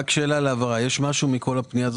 רק שאלה להבהרה: יש משהו בכל הפנייה הזאת